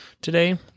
today